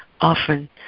often